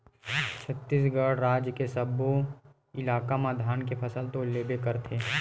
छत्तीसगढ़ राज के सब्बो इलाका म धान के फसल तो लेबे करथे